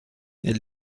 elle